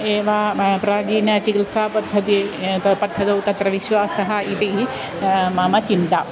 एव प्राचीनचिकिल्सापद्धतिः पद्धत्यां तत्र विश्वासः इति मम चिन्ता